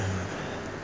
uh